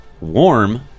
warm